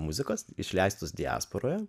muzikos išleistus diasporoje